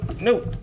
No